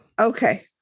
Okay